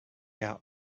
out